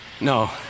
No